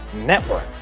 network